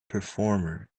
performer